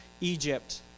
Egypt